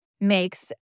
makes